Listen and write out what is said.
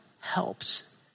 helps